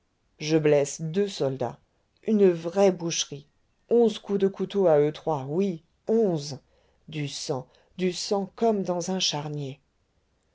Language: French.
je blesse deux soldats une vraie boucherie onze coups de couteau à eux trois oui onze du sang du sang comme dans un charnier